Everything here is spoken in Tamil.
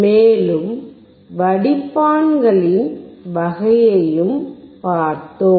மேலும் வடிப்பான்களின் வகையையும் பார்த்தோம்